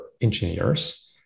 engineers